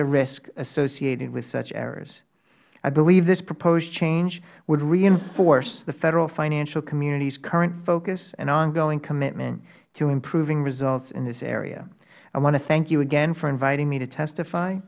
the risk associated with such errors i believe this proposed change would reinforce the federal financial community's current focus and ongoing commitment to improving results in this area i want to thank you again for inviting me to testify